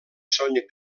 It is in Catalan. són